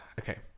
Okay